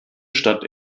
stadt